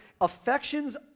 Affections